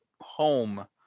home